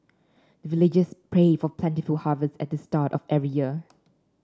villagers pray for plentiful harvest at the start of every year